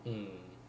mm